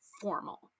formal